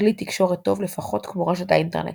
כלי תקשורת טוב לפחות כמו רשת האינטרנט